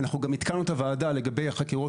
אנחנו גם עדכנו את הוועדה לגבי החקירות